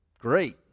great